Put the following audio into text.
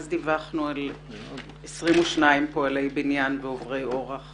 אז דיווחנו על 22 פועלי בנין ועוברי אורח